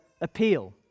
appeal